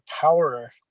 power